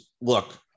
look